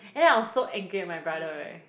and then I was so angry at my brother eh